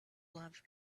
love